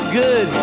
good